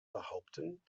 behaupten